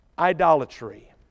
idolatry